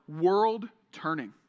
world-turning